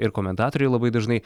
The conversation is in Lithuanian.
ir komentatoriai labai dažnai